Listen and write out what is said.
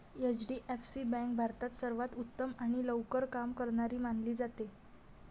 HDFC bank भारतात सर्वांत उत्तम आणि लवकर काम करणारी मानली जाते